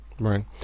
Right